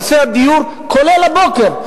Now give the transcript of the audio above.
נושא הדיור, כולל הבוקר.